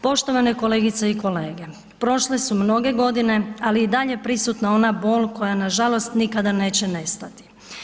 Poštovane kolegice i kolege, prošle su mnoge godine ali i dalje je prisutna ona bol koja nažalost nikada neće nestati.